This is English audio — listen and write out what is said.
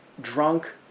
drunk